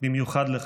במיוחד לך,